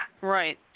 Right